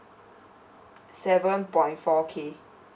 seven point four K